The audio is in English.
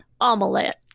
omelette